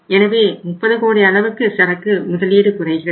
எனவே 30 கோடி அளவுக்கு சரக்கு முதலீடு குறைகிறது